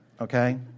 okay